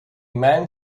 man